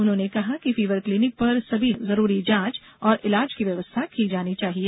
उन्होंने कहा कि फीवर क्लीनिक पर सभी जरूरी जांच और ईलाज की व्यवस्था की जानी चाहिए